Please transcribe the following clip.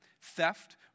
theft